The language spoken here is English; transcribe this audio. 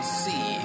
see